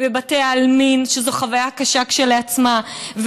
שזו חוויה קשה כשלעצמה,